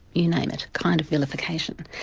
you name it, kind of vilification,